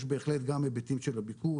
יש בהחלט גם היבטים של הביקוש,